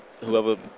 whoever